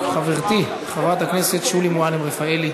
חברתי חברת הכנסת שולי מועלם-רפאלי.